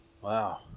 Wow